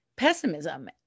Pessimism